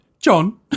John